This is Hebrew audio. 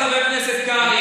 חבר הכנסת שלמה,